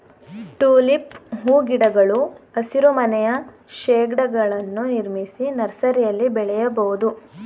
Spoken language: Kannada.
ಟುಲಿಪ್ ಹೂಗಿಡಗಳು ಹಸಿರುಮನೆಯ ಶೇಡ್ಗಳನ್ನು ನಿರ್ಮಿಸಿ ನರ್ಸರಿಯಲ್ಲಿ ಬೆಳೆಯಬೋದು